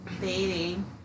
dating